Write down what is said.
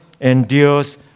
endures